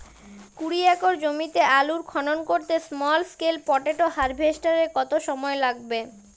কুড়ি একর জমিতে আলুর খনন করতে স্মল স্কেল পটেটো হারভেস্টারের কত সময় লাগবে?